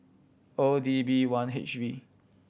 O D B one H V